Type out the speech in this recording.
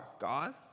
God